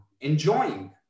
enjoying